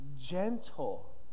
gentle